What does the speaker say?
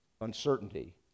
uncertainty